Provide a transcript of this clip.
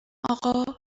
اقا